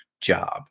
job